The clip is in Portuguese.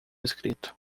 escrito